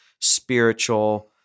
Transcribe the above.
spiritual